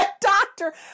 doctor